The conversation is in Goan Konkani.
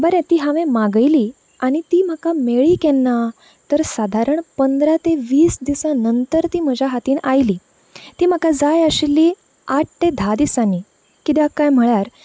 बरें ती हांवें मागयली आनी ती म्हाका मेळ्ळी केन्ना तर साधारण पंदरा ते वीस दिसा नंतर ती म्हज्या हातीन आयली ती म्हाका जाय आशिल्ली आठ ते धा दिसांनी कित्याक कांय म्हळ्यार